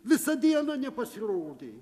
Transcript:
visą dieną nepasirodė